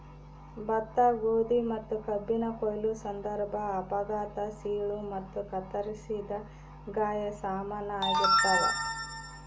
ಭತ್ತ ಗೋಧಿ ಮತ್ತುಕಬ್ಬಿನ ಕೊಯ್ಲು ಸಂದರ್ಭ ಅಪಘಾತ ಸೀಳು ಮತ್ತು ಕತ್ತರಿಸಿದ ಗಾಯ ಸಾಮಾನ್ಯ ಆಗಿರ್ತಾವ